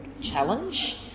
Challenge